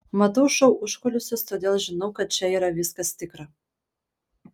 matau šou užkulisius todėl žinau kad čia yra viskas tikra